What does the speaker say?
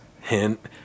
hint